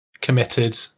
committed